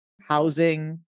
housing